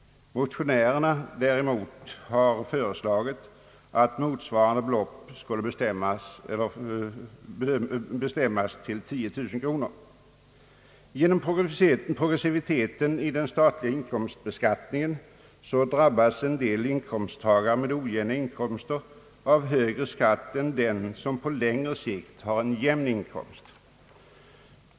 Motionärerna däremot har föreslagit att motsvarande belopp skulle bestämmas till 10 000 kronor. Genom progressiviteten i den statliga inkomstbeskattningen drabbas en del inkomsttagare med ojämna inkomster av högre skatt än den som på längre sikt har en jämn inkomst.